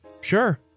sure